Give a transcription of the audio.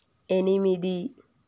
ఎనిమిది